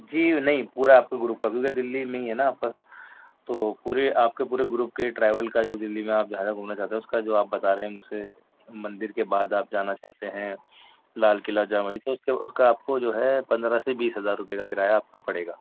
جی نہیں پورا آپ کا گروپ دِلی میں ہی ہے نہ آپ کا تو پوری آپ کے پورے گروپ کے ٹریویل کا جو دِلی میں آپ جہاں جہاں گھومنا چاہتے ہیں اُس کا جو آپ بتا رہے ہیں ہم اُسے مندر کے بعد آپ جانا چاہتے ہیں لال قلعہ جامع مسجد تو اُس کے اُس کا آپ کو جو ہے پندرہ سے بیس ہزار روپیے کا کرایہ آپ کا پڑے گا